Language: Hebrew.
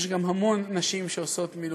יש גם המון נשים שעושות מילואים,